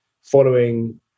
following